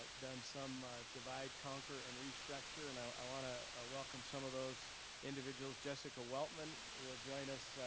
but done some ah divide, conquer, and restructure and i wanna welcome some of those individuals, jessica weltman will join us,